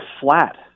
flat